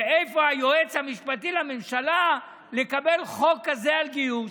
ואיפה היועץ המשפטי לממשלה לקבל חוק כזה על גיור,